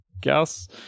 guess